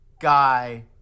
guy